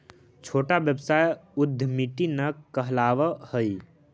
छोटा व्यवसाय उद्यमीट न कहलावऽ हई